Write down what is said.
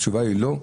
התשובה היא לא?